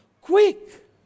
quick